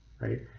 right